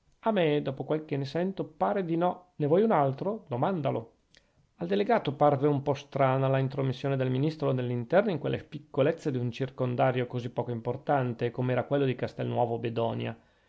a me dopo quel che ne sento pare di no ne vuoi un altro domandalo al delegato parve un po strana la intromissione del ministro dell'interno in quelle piccolezze d'un circondario così poco importante com'era quello di castelnuovo bedonia